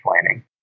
planning